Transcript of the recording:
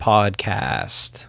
Podcast